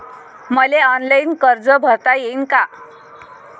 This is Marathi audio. मले ऑनलाईन कर्ज भरता येईन का?